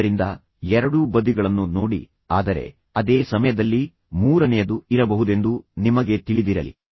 ಆದ್ದರಿಂದ ಎರಡೂ ಬದಿಗಳನ್ನು ನೋಡಿ ಆದರೆ ಅದೇ ಸಮಯದಲ್ಲಿ ಮೂರನೆಯದು ಇರಬಹುದೆಂದು ನಿಮಗೆ ತಿಳಿದಿರಲಿ